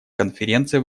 конференция